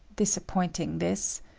disappointing, this!